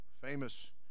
famous